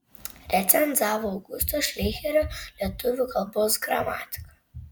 recenzavo augusto šleicherio lietuvių kalbos gramatiką